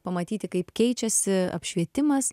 pamatyti kaip keičiasi apšvietimas